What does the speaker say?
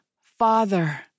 Father